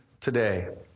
Today